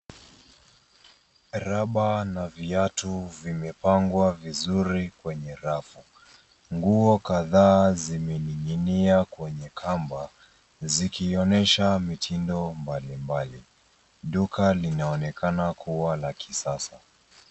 Raba na viatu vimepangwa vizuri kwenye rafu. Nguo kadhaa zimening'inia kwenye kamba zikionyesha mitindo mbalimbali. Duka linaonekana kuwa la kisasa.